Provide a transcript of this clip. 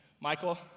Michael